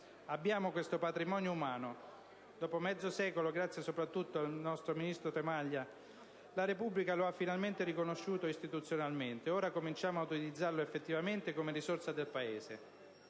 Abbiamo questo patrimonio umano: dopo mezzo secolo - grazie soprattutto all'ex ministro Tremaglia - la Repubblica lo ha finalmente riconosciuto istituzionalmente. Ora cominciamo ad utilizzarlo effettivamente come risorsa del Paese!